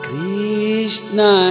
Krishna